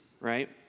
right